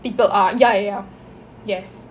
people are ya ya ya yes